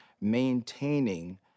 maintaining